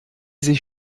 sich